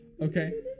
Okay